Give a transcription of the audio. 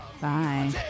Bye